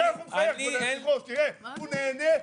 היושב ראש, הוא נהנה.